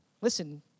Listen